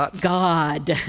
God